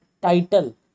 title